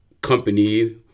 company